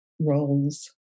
roles